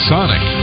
Sonic